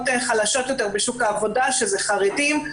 חלשות יותר בשוק העבודה שזה חרדים,